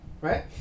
Right